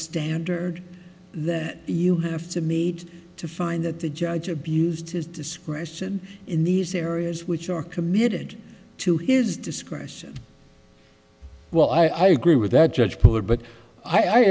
standard that you have to meet to find that the judge abused his discretion in these areas which are committed to his discretion well i agree with that judge poor but i